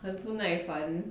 很不耐烦